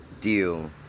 deal